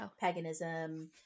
paganism